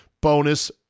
bonus